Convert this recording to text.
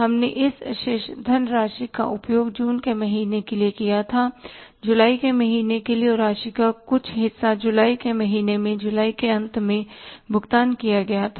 हमने इस धनराशि का उपयोग जून के महीने के लिए किया है जुलाई के महीने के लिए और राशि का कुछ हिस्सा जुलाई के महीने में जुलाई के अंत में भुगतान किया गया था